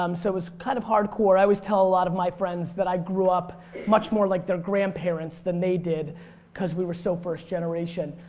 um so it's kind of hard core. i always tell a lot of my friends that i grew up much more like their grandparents than they did cause we were so first-generation.